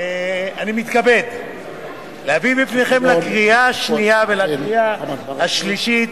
אני מתכבד להביא בפניכם לקריאה שנייה ולקריאה שלישית